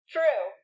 True